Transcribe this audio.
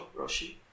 Roshi